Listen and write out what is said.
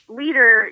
leader